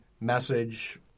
message –